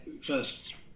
first